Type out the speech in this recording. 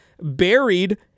buried